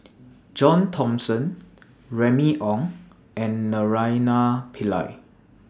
John Thomson Remy Ong and Naraina Pillai